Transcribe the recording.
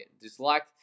dislike